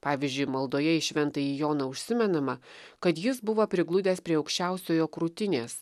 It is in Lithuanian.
pavyzdžiui maldoje į šventąjį joną užsimenama kad jis buvo prigludęs prie aukščiausiojo krūtinės